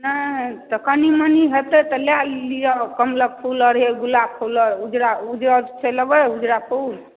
नहि तऽ कनि मनी हेतै तऽ लै लिय कमलक फूल आर गुलाब फूल आर ऊज़रा ऊजर फूल छै लेबै ऊज़रा फूल